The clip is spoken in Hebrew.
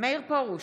מאיר פרוש,